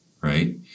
right